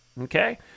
okay